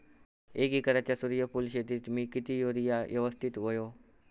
एक एकरच्या सूर्यफुल शेतीत मी किती युरिया यवस्तित व्हयो?